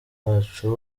wacu